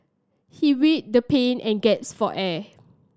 he the pain and gasped for air